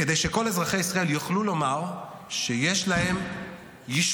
כדי שכל אזרחי ישראל יוכלו לומר שיש להם ישות,